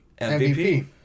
MVP